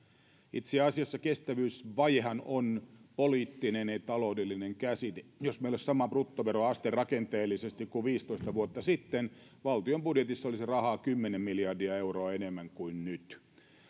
itse asiassa kestävyysvajehan on poliittinen ja taloudellinen käsite jos meillä olisi sama bruttoveroaste rakenteellisesti kuin viisitoista vuotta sitten valtion budjetissa olisi rahaa kymmenen miljardia euroa enemmän kuin nyt